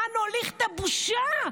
לאן נוליך את הבושה?